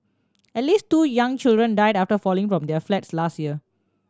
at least two young children died after falling from their flats last year